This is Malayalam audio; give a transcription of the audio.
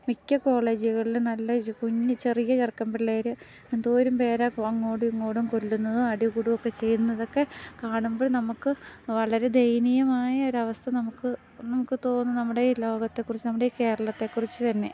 മിക്ക കോളേജുകളിലും നല്ല എജ്യു കുഞ്ഞ് ചെറിയ ചെറുക്കൻ പിള്ളേര് എന്തോരും പേരാ അങ്ങോടും ഇങ്ങോടും കൊല്ലുന്നതും അടികൂടുവൊക്കെ ചെയ്യുന്നതൊക്കെ കാണുമ്പോൾ നമുക്ക് വളരെ ദയനീയമായ ഒരവസ്ഥ നമുക്ക് നമുക്ക് തോന്നും നമ്മുടെ ലോകത്തെക്കുറിച്ച് നമ്മുടെ കേരളത്തെക്കുറിച്ച് തന്നെ